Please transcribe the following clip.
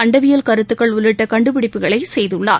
அண்டவியல் கருத்துகள் உள்ளிட்ட கண்டுபிடிப்புகளை செய்துள்ளார்